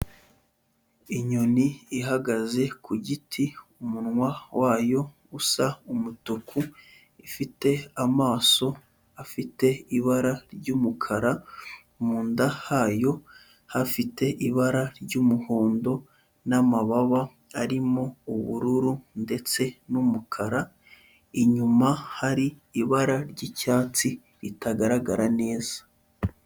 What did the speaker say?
Inyoni ihagaze ku giti umunwa wayo usa umutuku, ifite amaso afite ibara ry'umukara, mu nda hayo hafite ibara ry'umuhondo n'amababa arimo ubururu ndetse n'umukara, inyuma hari ibara ry'icyatsi ritagaragara neza.